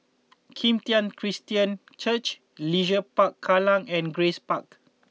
Kim Tian Christian Church Leisure Park Kallang and Grace Park